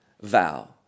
vow